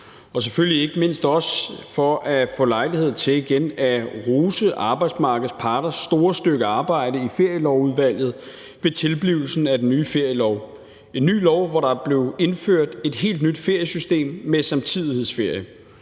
selvfølgelig ikke mindst for også igen at få lejlighed til at rose arbejdsmarkedets parters store stykke arbejde i ferielovudvalget ved tilblivelsen af den nye ferielov. Det er en ny lov, hvor der blev indført et helt nyt feriesystem med samtidighedsferie;